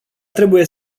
trebuie